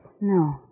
No